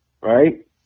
right